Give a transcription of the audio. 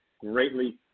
greatly